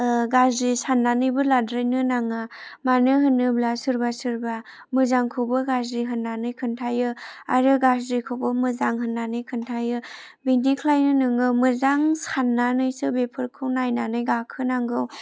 गाज्रि साननानैबो लाद्रायनो नाङा मानो होनोब्ला सोरबा सोरबा मोजांखौबो गाज्रि होननानै खिन्थायो आरो गाज्रिखौबो मोजां होननानै खिन्थायो बेनिखायनो नोङो मोजां साननानैसो बेफोरखौ नायनानै गाखोनांगौ